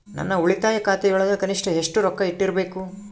ನನ್ನ ಉಳಿತಾಯ ಖಾತೆಯೊಳಗ ಕನಿಷ್ಟ ಎಷ್ಟು ರೊಕ್ಕ ಇಟ್ಟಿರಬೇಕು?